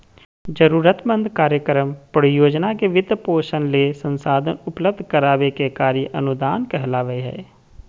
जरूरतमंद कार्यक्रम, परियोजना के वित्तपोषण ले संसाधन उपलब्ध कराबे के कार्य अनुदान कहलावय हय